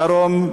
בדרום,